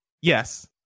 Yes